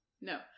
No